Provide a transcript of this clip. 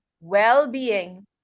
well-being